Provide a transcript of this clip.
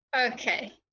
okay